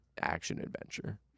action-adventure